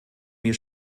mir